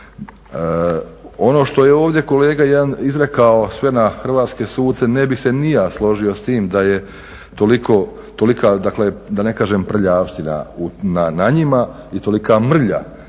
Ono što je ovdje kolega jedan izrekao sve na hrvatske sudce, ne bi se ni ja složio s tim da je toliko, tolika da ne kažem prljavština na njima i tolika mrlja